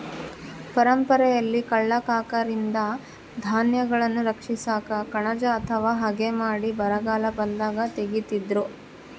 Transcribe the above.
ಪರಂಪರೆಯಲ್ಲಿ ಕಳ್ಳ ಕಾಕರಿಂದ ಧಾನ್ಯಗಳನ್ನು ರಕ್ಷಿಸಾಕ ಕಣಜ ಅಥವಾ ಹಗೆ ಮಾಡಿ ಬರಗಾಲ ಬಂದಾಗ ತೆಗೀತಿದ್ರು